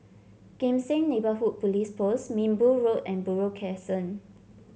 Kim Seng Neighbourhood Police Post Minbu Road and Buroh Crescent